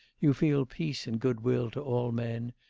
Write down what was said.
you feel peace and goodwill to all men,